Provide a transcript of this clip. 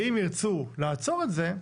ואם ירצו לעצור את זה,